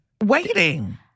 Waiting